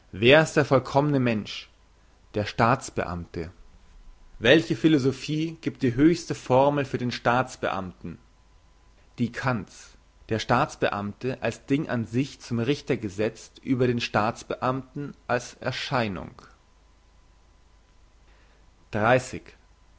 wer ist der vollkommene mensch der staats beamte welche philosophie giebt die höchste formel für den staats beamten die kant's der staats beamte als ding an sich zum richter gesetzt über den staats beamten als erscheinung